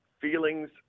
feelings